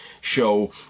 show